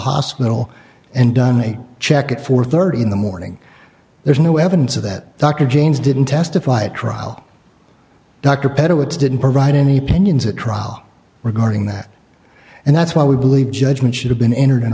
hospital and done a check at four thirty in the morning there's no evidence of that dr james didn't testify at trial dr petit which didn't provide any pinions at trial regarding that and that's why we believe judgment should have been entered in